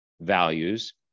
values